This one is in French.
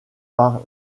par